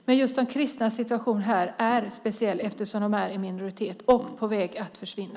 Men just de kristnas situation här är speciell eftersom de är i minoritet och på väg att försvinna.